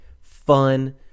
fun